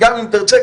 אם תרצה,